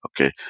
okay